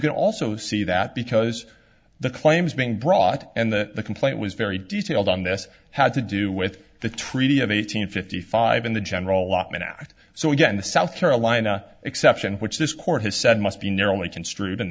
can also see that because the claims being brought and the complaint was very detailed on this had to do with the treaty of eight hundred fifty five in the general allotment act so again the south carolina exception which this court has said must be narrowly construed and